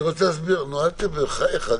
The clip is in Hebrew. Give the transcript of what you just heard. בחייך.